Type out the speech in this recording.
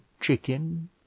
chicken